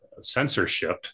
censorship